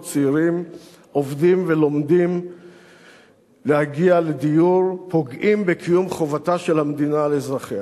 צעירים עובדים ולומדים להגיע לדיור פוגעים בקיום חובתה של המדינה לאזרחיה.